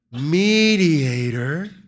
mediator